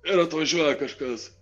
ir atvažiuoja kažkas